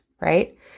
right